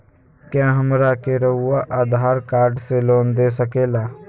क्या हमरा के रहुआ आधार कार्ड से लोन दे सकेला?